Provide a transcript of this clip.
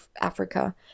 Africa